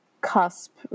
cusp